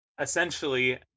essentially